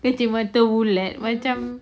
celik mata bulat macam